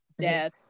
death